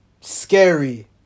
Scary